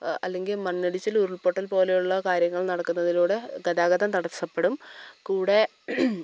അല്ലെങ്കിൽ മണ്ണിടിച്ചിൽ ഉരുൾ പൊട്ടൽ പോലെ ഉള്ള കാര്യങ്ങൾ നടക്കുന്നതിലൂടെ ഗതാഗതം തടസപ്പെടും കൂടെ